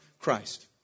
Christ